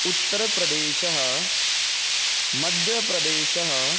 उत्तरप्रदेशः मध्यप्रदेशः